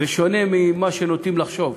בשונה ממה שנוטים לחשוב,